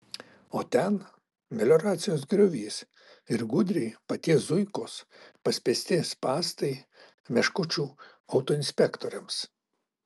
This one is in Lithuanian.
o ten melioracijos griovys ir gudriai paties zuikos paspęsti spąstai meškučių autoinspektoriams